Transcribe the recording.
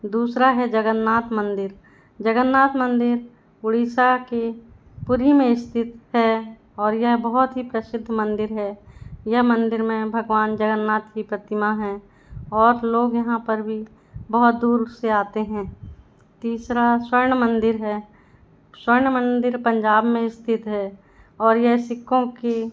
दूसरा है जगन्नाथ मंदिर जगन्नाथ मंदिर उड़ीसा के पुरी में स्थित है और यह बहुत ही प्रसिद्ध मंदिर है यह मंदिर में भगवान जगन्नाथ की प्रतिमा है और लोग यहाँ पर भी बहुत दूर से आते हैं तीसरा स्वर्ण मंदिर है स्वर्ण मंदिर पंजाब में स्थित है और यह सिक्खों की